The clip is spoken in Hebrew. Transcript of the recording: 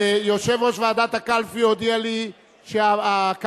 יושב-ראש ועדת הקלפי הודיע לי שהקלפי